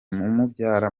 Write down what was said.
umubyara